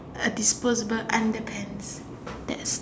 a disposable underpants that's